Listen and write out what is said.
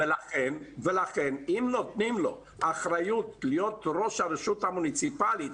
ולכן נותנים לו אחריות להיות ראש רשות המוניציפלית